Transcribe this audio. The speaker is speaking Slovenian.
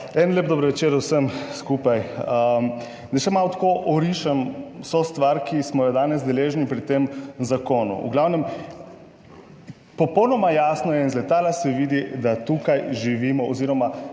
en lep dober večer vsem skupaj! Da še malo tako orišem vso stvar, ki smo jo danes deležni pri tem zakonu. V glavnem, popolnoma jasno je, iz letala se vidi, da tukaj živimo, oz. da